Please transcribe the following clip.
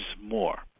more